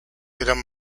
eran